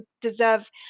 deserve